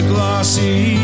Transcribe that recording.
Glossy